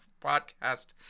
podcast